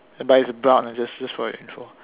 but is brown just just for your info